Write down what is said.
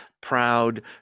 proud